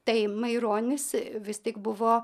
tai maironis vis tik buvo